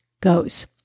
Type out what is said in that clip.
goes